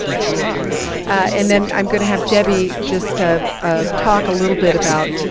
ah and then i'm going to have debbie just ah ah talk a little bit about